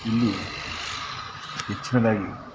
ಇಲ್ಲಿ ಹೆಚ್ಚಿನದಾಗಿ